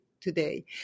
today